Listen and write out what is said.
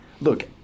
Look